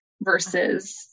versus